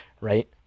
Right